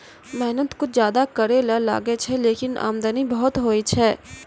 मेहनत कुछ ज्यादा करै ल लागै छै, लेकिन आमदनी बहुत होय छै